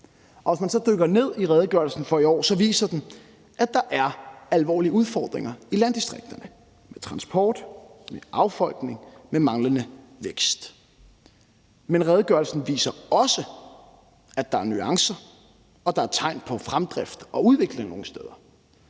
Hvis man så dykker ned i redegørelsen for i år, viser den, at der i landdistrikterne er alvorlige udfordringer med mangel på transport, med affolkning og med manglende vækst. Men redegørelsen viser også, at der er nuancer, og at der er tegn på fremdrift og udvikling nogle steder.